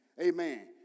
Amen